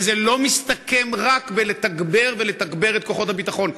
וזה לא מסתכם רק בלתגבר ולתגבר את כוחות הביטחון,